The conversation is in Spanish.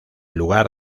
lugar